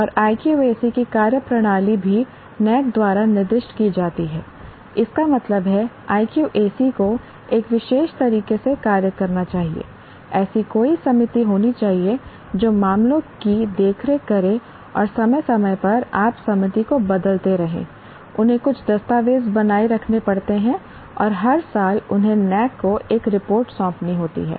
और IQAC की कार्यप्रणाली भी NAAC द्वारा निर्दिष्ट की जाती है इसका मतलब है IQAC को एक विशेष तरीके से कार्य करना चाहिए ऐसी कोई समिति होनी चाहिए जो मामलों की देखरेख करे और समय समय पर आप समिति को बदलते रहें उन्हें कुछ दस्तावेज बनाए रखने पड़ते हैं और हर साल उन्हें NAAC को एक रिपोर्ट सौंपनी होती है